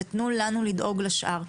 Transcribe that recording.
ותנו לנו לדאוג לשאר.